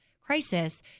crisis